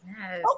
Yes